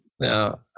Now